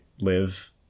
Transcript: live